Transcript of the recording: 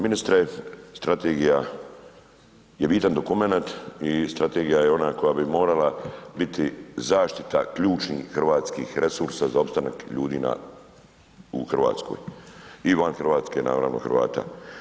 Ministr Strategija je bitan dokumenat i Strategija je ona koja bi morala biti zaštita ključnih hrvatskih resursa za opstanak ljudi u Hrvatskoj i van Hrvatske naravno Hrvata.